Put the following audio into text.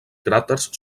cràters